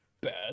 bad